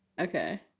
Okay